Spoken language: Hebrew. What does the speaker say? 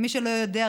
מי שלא יודע,